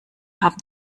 haben